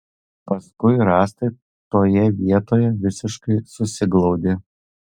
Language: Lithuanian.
paskui rąstai toje vietoje visiškai susiglaudė